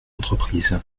entreprise